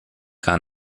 gar